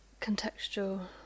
contextual